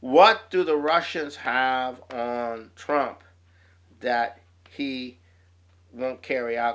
what do the russians have trump that he won't carry out